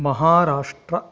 महाराष्ट्रः